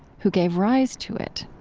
who gave rise to it?